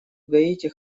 гаити